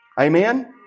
Amen